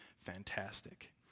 fantastic